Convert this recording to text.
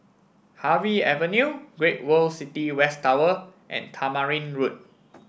Harvey Avenue Great World City West Tower and Tamarind Road